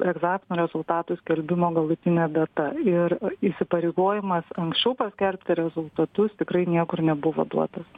egzaminų rezultatų skelbimo galutinė data ir įsipareigojimas anksčiau paskelbti rezultatus tikrai niekur nebuvo duotas